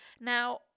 Now